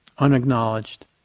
unacknowledged